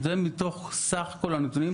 זה מתוך סך כל הנתונים.